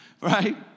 Right